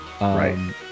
Right